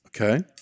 okay